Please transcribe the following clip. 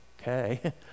okay